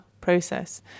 process